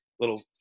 little